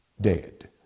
dead